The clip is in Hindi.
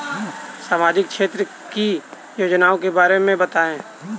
सामाजिक क्षेत्र की योजनाओं के बारे में बताएँ?